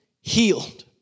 healed